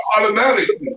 automatically